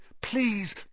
Please